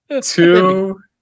Two